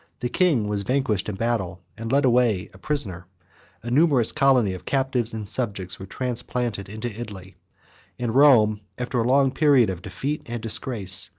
the king was vanquished in battle, and led away prisoner a numerous colony of captives and subjects was transplanted into italy and rome, after a long period of defeat and disgrace,